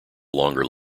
longer